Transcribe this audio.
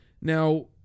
now